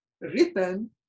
written